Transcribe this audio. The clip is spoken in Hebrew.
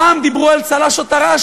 פעם דיברו על צל"ש או טר"ש,